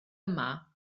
yma